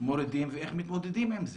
מורידים ואיך מתמודדים עם זה.